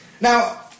Now